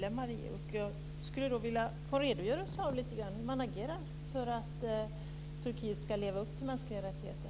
Jag skulle vilja ha en redogörelse för hur man agerar för att Turkiet ska leva upp till kraven på mänskliga rättigheter.